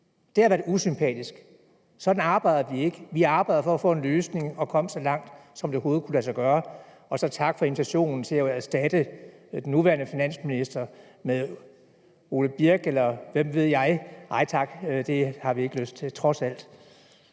det havde været usympatisk, og sådan arbejder vi ikke. Vi arbejdede for at få en løsning og kom så langt, som det overhovedet kunne lade sig gøre. Hvad angår invitationen til at erstatte den nuværende finansminister med hr. Ole Birk Olesen, eller hvem ved jeg, vil jeg sige: Nej tak, det har vi trods alt